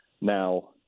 Now